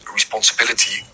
responsibility